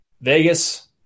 Vegas